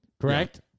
Correct